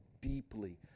deeply